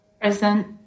Present